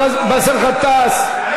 חבר הכנסת באסל גטאס,